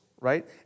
right